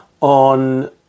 on